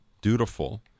dutiful